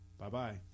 Bye-bye